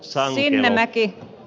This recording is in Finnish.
sallinen väki